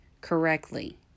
correctly